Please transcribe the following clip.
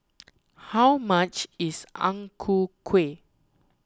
how much is Ang Ku Kueh